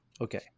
Okay